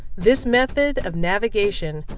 this method of navigation,